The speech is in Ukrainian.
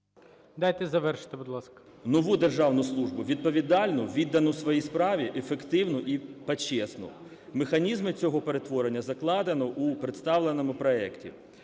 Дайте завершити, будь ласка. ФРОЛОВ П.В. … нову державну службу – відповідальну, віддану своїй справі, ефективну і почесну. Механізми цього перетворення закладено у представленому проекті.